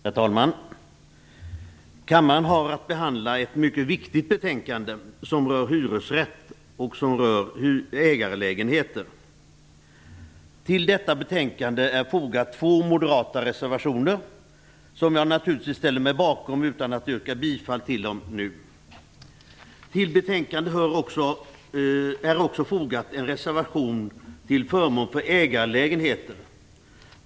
Herr talman! Kammaren har att behandla ett mycket viktigt betänkande som rör hyresrätt och ägarlägenheter. Till detta betänkande är fogat två moderata reservationer, som jag naturligtvis ställer mig bakom utan att nu yrka bifall till dem. Till betänkandet är fogat en reservation till förmån för ägarlägenheter.